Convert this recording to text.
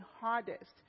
hardest